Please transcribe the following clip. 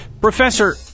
Professor